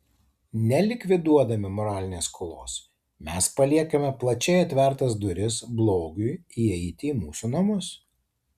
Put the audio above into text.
nelikviduodami moralinės skolos mes paliekame plačiai atvertas duris blogiui įeiti į mūsų namus